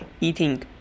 eating